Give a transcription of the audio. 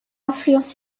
influence